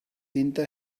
tinta